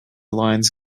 lions